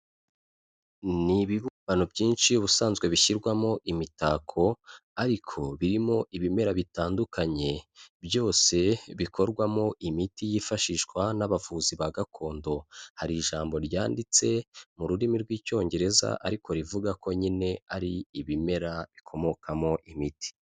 Ni ibibumbano byinshi ubusanzwe bishyirwamo imitako ariko birimo ibimera bitandukanye byose bikorwamo imiti yifashishwa n'abavuzi bwa gakondo, hari ijambo ryanditse mu rurimi rw'Icyongereza ariko rivuga ko nyine ari ibimera bikomokamo imiti.